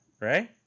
Right